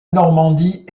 normandie